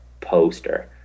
poster